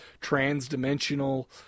trans-dimensional